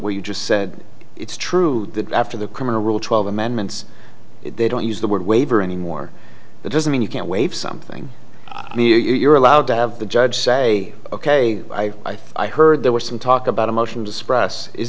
where you just said it's true that after the criminal rule twelve amendments they don't use the word waiver anymore that doesn't mean you can't waive something i mean you're allowed to have the judge say ok i i heard there was some talk about a motion to suppress is